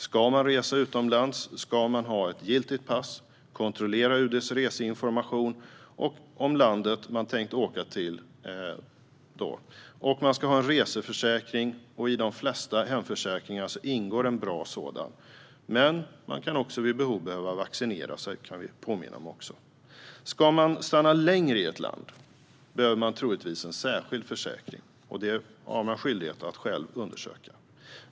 Ska man resa utomlands ska man ha ett giltigt pass, kontrollera UD:s reseinformation om landet man tänkt åka till och ha en reseförsäkring, och i de flesta hemförsäkringar ingår en bra sådan. Man kan även vid behov behöva vaccinera sig. Det kan vi också påminna om. Ska man stanna längre i ett land behöver man troligtvis en särskild försäkring. Det har man skyldighet att själv undersöka.